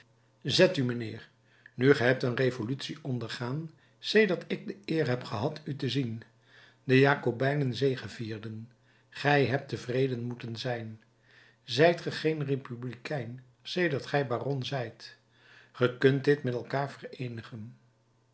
zet u mijnheer nu ge hebt een revolutie ondergaan sedert ik de eer heb gehad u te zien de jakobijnen zegevierden gij hebt tevreden moeten zijn zijt ge geen republikein sedert gij baron zijt ge kunt dit met elkaar vereenigen